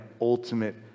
ultimate